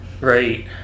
right